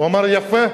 אמר: יפה,